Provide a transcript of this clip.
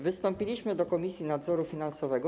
wystąpiliśmy do Komisji Nadzoru Finansowego.